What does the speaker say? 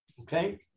Okay